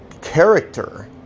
character